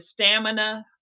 stamina